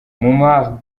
muammar